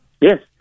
Yes